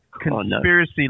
Conspiracy